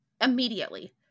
Immediately